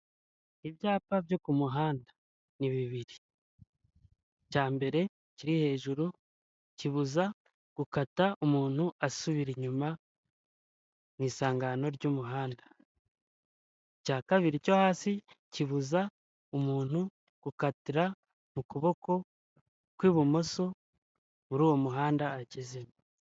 Aha ni ku ipaji imwe yo mu igazeti ya Leta nimero supesiyare yo kuwa makumyabiri z' Ukwacyenda bibiri na cumi n'umunani, ahavuga ingingo zitandukanye zerekeranye no kurwanya ruswa. Harimo ugushyira mu bikorwa ingamba zo kurwanya ruswa, gukorera mumucyo, kugaragariza raporo abo igenewe n'izindi.